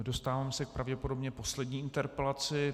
Dostávám se pravděpodobně k poslední interpelaci.